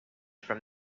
from